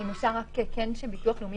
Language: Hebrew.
נכון?